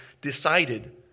decided